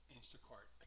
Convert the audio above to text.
Instacart